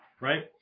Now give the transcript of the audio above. right